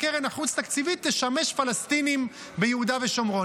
הקרן החוץ-תקציבית תשמש פלסטינים ביהודה ושומרון.